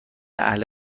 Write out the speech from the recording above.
اهل